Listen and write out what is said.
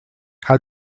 how